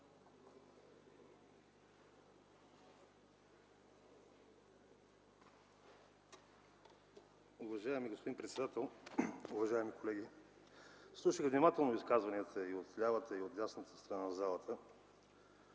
Уважаеми господин председател, уважаеми колеги! Слушах внимателно изказванията и от лявата, и от дясната страна на залата,